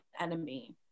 enemy